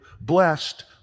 blessed